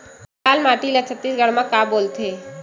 लाल माटी ला छत्तीसगढ़ी मा का बोलथे?